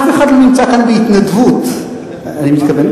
אף אחד לא נמצא כאן בהתנדבות, אני מתכוון.